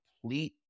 complete